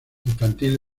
infantil